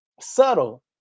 subtle